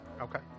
Okay